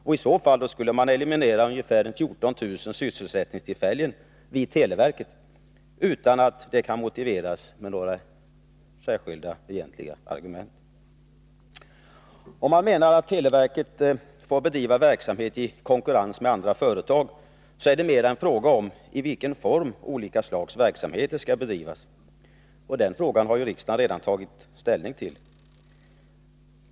I så fall skulle man eliminera ungefär 14000 sysselsättningstillfällen vid televerket utan att kunna motivera det med några egentliga argument. Man menar att televerket bör få bedriva verksamhet i konkurrens med andra företag. Det är mera fråga om i vilka former olika slags verksamheter skall bedrivas. Den frågan har ju riksdagen redan tagit ställning till.